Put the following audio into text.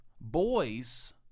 Boys